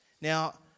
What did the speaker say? Now